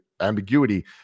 ambiguity